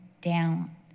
down